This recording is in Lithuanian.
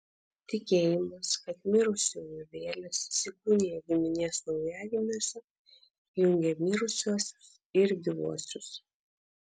tikėjimas kad mirusiųjų vėlės įsikūnija giminės naujagimiuose jungė mirusiuosius ir gyvuosius